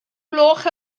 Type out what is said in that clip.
gloch